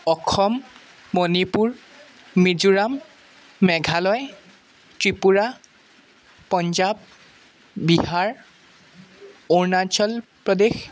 Assam Manipur Mizoram Meghalaya Tripura Punjab Bihar Arunachal Pradesh